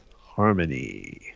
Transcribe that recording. harmony